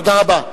תודה רבה.